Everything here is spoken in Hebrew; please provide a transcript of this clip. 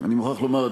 אני מוכרח לומר,